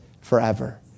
forever